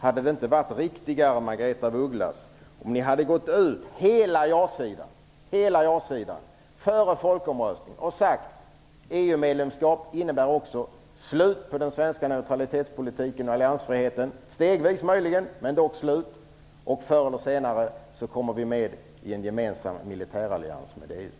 Hade det inte varit riktigare, Margaretha af Ugglas, om hela ja-sidan före folkomröstningen hade gått ut och sagt att ett EU-medlemskap också skulle innebära ett slut på den svenska neutralitetspolitiken och alliansfriheten - stegvis möjligen, men dock slut - och att vi förr eller senare kommer med i en gemensam militärallians med EU?